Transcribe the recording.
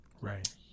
Right